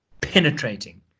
penetrating